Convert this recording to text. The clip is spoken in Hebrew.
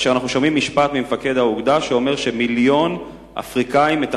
ואנחנו שומעים ממפקד האוגדה משפט שאומר שמיליון